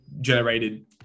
generated